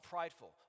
prideful